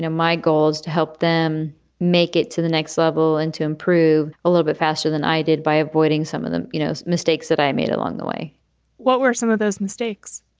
my goals to help them make it to the next level and to improve a little bit faster than i did by avoiding some of them, you know, mistakes that i made along the way what were some of those mistakes?